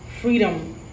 Freedom